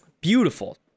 beautiful